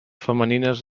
femenines